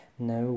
No